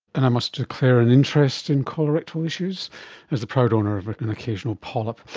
and i must declare an interest in colorectal issues as the proud owner of an occasional polyp.